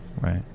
Right